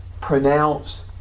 pronounced